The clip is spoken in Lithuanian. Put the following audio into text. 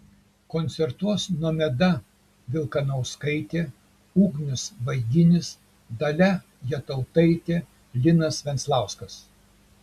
koncertuos nomeda vilkanauskaitė ugnius vaiginis dalia jatautaitė linas venclauskas